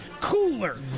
Cooler